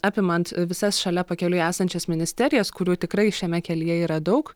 apimant visas šalia pakeliui esančias ministerijas kurių tikrai šiame kelyje yra daug